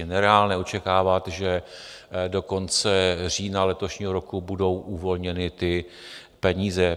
Je nereálné očekávat, že do konce října letošního roku budou uvolněny ty peníze.